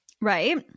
Right